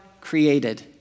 created